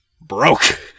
broke